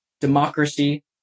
democracy